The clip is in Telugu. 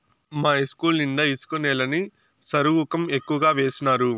మా ఇస్కూలు నిండా ఇసుక నేలని సరుగుకం ఎక్కువగా వేసినారు